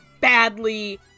badly